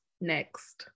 next